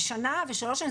זה שנה ועוד שלוש שנים,